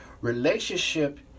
Relationship